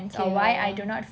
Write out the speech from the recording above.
ok whatever